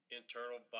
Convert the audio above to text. internal